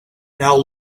now